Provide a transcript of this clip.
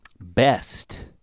Best